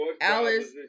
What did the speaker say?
Alice